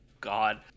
God